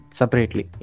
separately